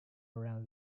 around